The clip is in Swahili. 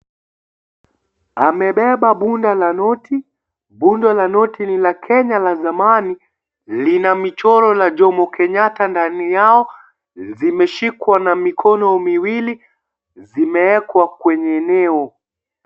Amebeba bunda la noti. Bunda la noti ni la Kenya la zamani. Lina michoro ya Jomo Kenyatta ndani yao. Zimeshikwa na mikono kiwili. Zimewekwa kwenye eneo.